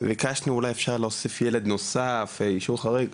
ביקשנו אולי אפשר להוסיף ילד נוסף, אישור חריג.